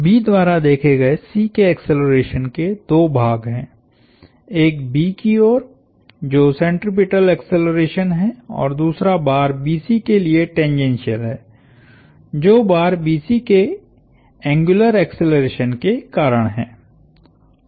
B द्वारा देखे गए C के एक्सेलरेशन के दो भाग हैं एक B की ओर जो सेंट्रिपेटल एक्सेलरेशन है और दूसरा बार BC के लिए टेंजेंशीयल है जो बार BC के एंग्युलर एक्सेलरेशन के कारण है